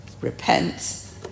Repent